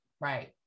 right